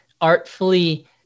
artfully